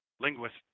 linguist